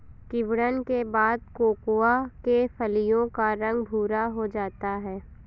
किण्वन के बाद कोकोआ के फलियों का रंग भुरा हो जाता है